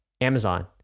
amazon